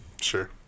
Sure